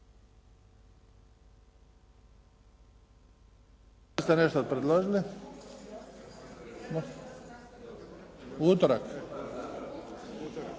uvijek